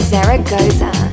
Zaragoza